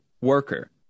worker